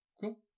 Cool